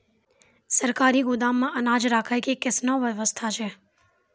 सरकारी गोदाम मे अनाज राखै के कैसनौ वयवस्था होय छै?